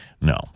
No